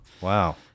wow